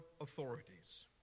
authorities